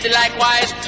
likewise